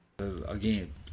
again